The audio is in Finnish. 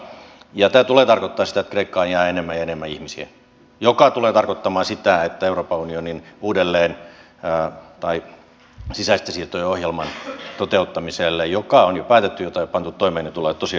tämä tulee tarkoittamaan sitä että kreikkaan jää enemmän ja enemmän ihmisiä mikä tulee tarkoittamaan sitä että euroopan unionin sisäisten siirtojen ohjelman toteuttamiselle joka on jo päätetty jota ei ole pantu toimeen tulee tosi kovia paineita